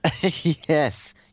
Yes